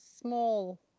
small